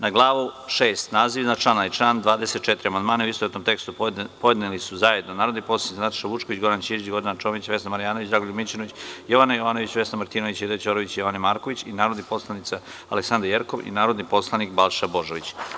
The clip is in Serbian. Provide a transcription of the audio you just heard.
Na glavu VI naziv iznad člana i član 24. amandmane u istovetnom tekstu podneli su zajedno narodni poslanici Nataša Vučković, Goran Ćirić, Gordana Čomić, Vesna Marjanović, Dragoljub Mićunović, Jovana Jovanović, Vesna Martinović, Aida Ćorović i Jovan Marković, narodni poslanici mr Aleksandra Jerkov i narodni poslanik Balša Božović.